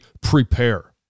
prepare